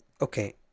okay